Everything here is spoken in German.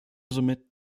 somit